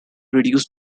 reduced